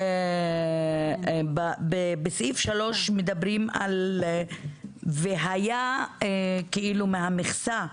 בסעיף (3) מדברים והיה כאילו מהמכסה,